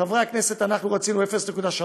חברי הכנסת, אנחנו רצינו 0.3%,